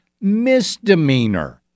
misdemeanor